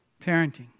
Parenting